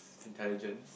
intelligent